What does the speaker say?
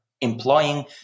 employing